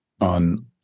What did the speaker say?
on